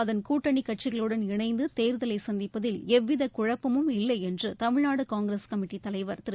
அதன் கூட்டணிக் கட்சிகளுடன் இணைந்து தேர்தலை சந்திப்பதில் எவ்வித குழப்பமும் இல்லை என்று தமிழ்நாடு காங்கிரஸ் கமிட்டித் தலைவர் திரு